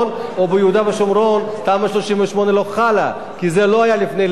או שביהודה ושומרון תמ"א 38 לא חלה כי זה לא היה לפני 1980?